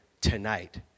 tonight